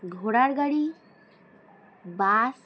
ঘোড়ার গাড়ি বাস